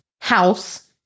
House